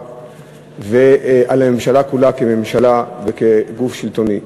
ועל הממשלה כולה כממשלה וכגוף שלטוני.